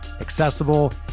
accessible